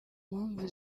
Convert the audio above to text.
mpamvu